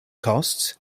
costs